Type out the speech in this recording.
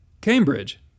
Cambridge